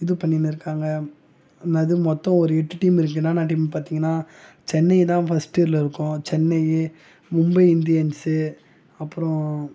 இது பண்ணிடுன்னு இருக்காங்க என்னாது மொத்தம் ஒரு எட்டு டீம் இருக்குதுன்னா என்னென்ன டீம் பார்த்தீங்கன்னா சென்னை தான் ஃபஸ்ட்டில் இருக்கும் சென்னை மும்பை இந்தியன்ஸு அப்புறம்